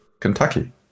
Kentucky